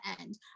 end